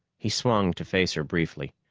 he swung to face her briefly.